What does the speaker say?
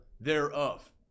thereof